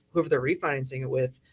whoever they're refinancing it with,